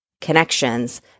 connections